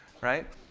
Right